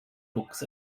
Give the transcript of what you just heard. books